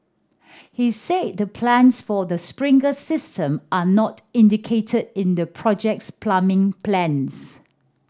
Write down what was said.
he said the plans for the system are not indicated in the project's plumbing plans